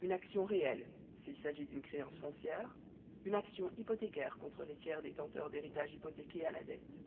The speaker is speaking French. une action réelle s'il s'agit d'une créance foncière une action hypothécaire contre les tiers détenteurs d'héritage hypothéqué à la dette